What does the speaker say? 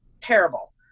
terrible